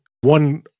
one